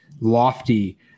lofty